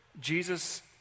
Jesus